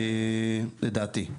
לדעתי.